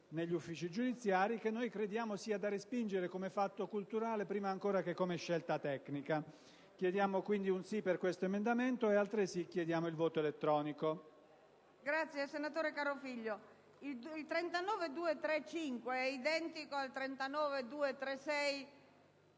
negli uffici giudiziari, che crediamo sia da respingere, come fatto culturale prima ancora che come scelta tecnica. Chiediamo quindi un "sì" su questo emendamento e ne chiediamo altresì